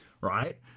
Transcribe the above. right